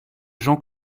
jean